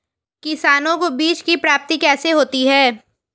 किसानों को बीज की प्राप्ति कैसे होती है?